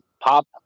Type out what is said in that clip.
Pop